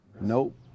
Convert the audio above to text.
Nope